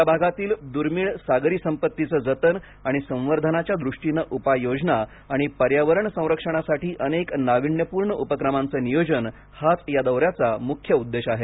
या भागातील दुर्मिळ सागरी संपत्तीचं जतन आणि संवर्धनाच्या दृष्टीनं उपाययोजना आणि पर्यावरण संरक्षणासाठी अनेक नाविन्यपूर्ण उपक्रमांचं नियोजन हाच या दौऱ्याचा मुख्य उद्देश आहे